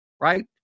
right